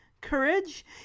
Courage